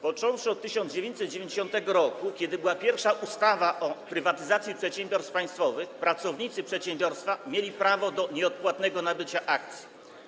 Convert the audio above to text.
Począwszy od 1990 r., kiedy była pierwsza ustawa o prywatyzacji przedsiębiorstw państwowych, pracownicy przedsiębiorstwa mieli prawo do nieodpłatnego nabycia akcji.